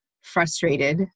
frustrated